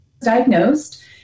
Diagnosed